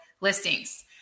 listings